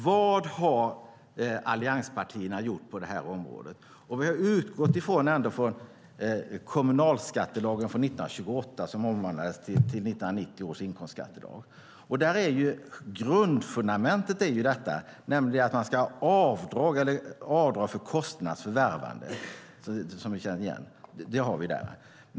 Vad har allianspartierna gjort på det här området? Vi har utgått från kommunalskattelagen från 1928, som 1999 omvandlades till inkomstskattelag. Fundamentet är att man ska få göra avdrag för kostnader för inkomsternas förvärvande. Det känner vi igen.